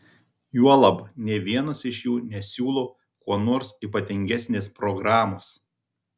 juolab nė vienas iš jų nesiūlo kuo nors ypatingesnės programos